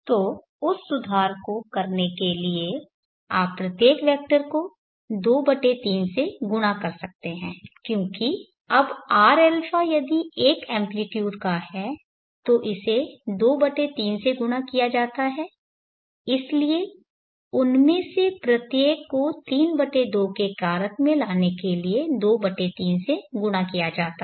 तो उस सुधार को करने के लिए आप प्रत्येक वेक्टर को 23 से गुणा कर सकते हैं क्योंकि अब rα यदि यह 1 एम्पलीट्यूड का है तो इसे 23 से गुणा किया जाता है इसलिए उनमें से प्रत्येक को 32 के कारक मे लाने के लिए 23 से गुणा किया जाता है